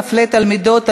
המפלה תלמידות,